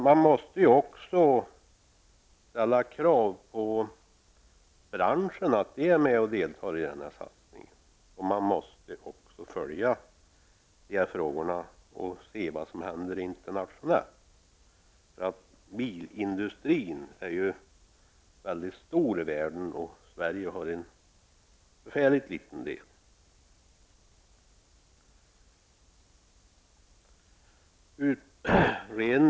Man måste också ställa krav på att branschen är med och deltar i denna satsning. Frågorna måste också följas upp, inte minst internationellt. Bilindustrin är ute i världen stor, varav Sveriges bilindustri utgör en mycket liten del.